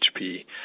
HP